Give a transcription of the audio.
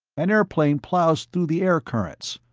an airplane plows through the air currents,